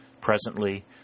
Presently